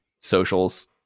socials